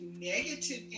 negative